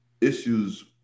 issues